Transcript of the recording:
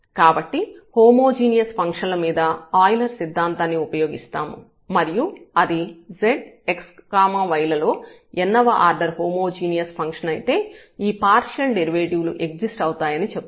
కాబట్టి homogeneous function ల మీద ఆయిలర్ సిద్ధాంతం ను ఉపయోగిస్తాము మరియు అది z x y లో n వ ఆర్డర్ హోమోజీనియస్ ఫంక్షన్ అయితే ఈ పార్షియల్ డెరివేటివ్ లు ఎగ్జిస్ట్ అవుతాయని చెప్తుంది